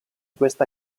questa